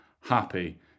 happy